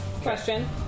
Question